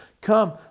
Come